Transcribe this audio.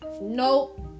Nope